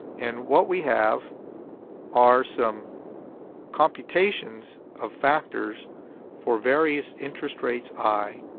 and what we have are some computations of factors for various interest rates, i,